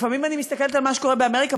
לפעמים אני מסתכלת על כל מה שקורה באמריקה,